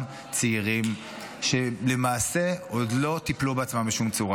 צעירים שלמעשה עוד לא טיפלו בעצמם בשום צורה.